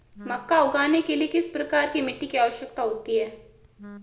मक्का उगाने के लिए किस प्रकार की मिट्टी की आवश्यकता होती है?